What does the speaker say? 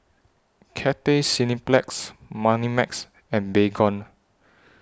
Cathay Cineplex Moneymax and Baygon